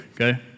okay